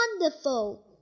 wonderful